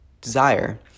desire